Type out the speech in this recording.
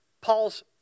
Paul's